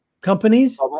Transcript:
companies